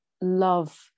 love